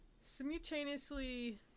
simultaneously